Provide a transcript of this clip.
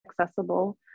accessible